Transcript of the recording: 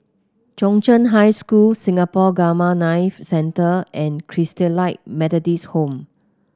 Chung Cheng High School Singapore Gamma Knife Centre and Christalite Methodist Home